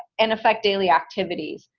and affect daily activities.